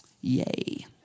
Yay